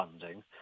funding